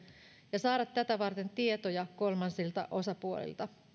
ja saada tätä varten tietoja kolmansilta osapuolilta